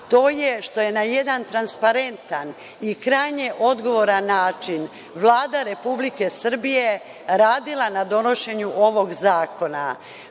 to je što je na jedan transparentan i krajnje odgovoran način Vlada RS radila na donošenju ovog zakona.